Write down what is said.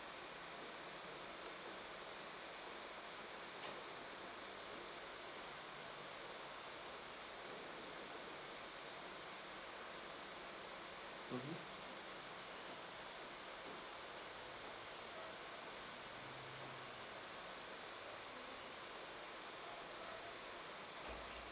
mmhmm